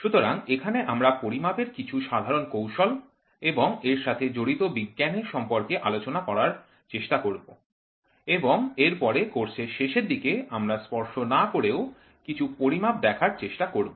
সুতরাং এখানে আমরা পরিমাপের কিছু সাধারণ কৌশল এবং এর সাথে জড়িত বিজ্ঞানের সম্পর্কে আলোচনা করার চেষ্টা করব এবং এরপরে কোর্সের শেষের দিকে আমরা স্পর্শ না করেও কিছু পরিমাপ দেখার চেষ্টা করব